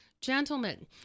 gentlemen